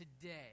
today